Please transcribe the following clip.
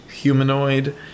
humanoid